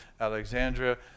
Alexandria